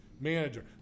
manager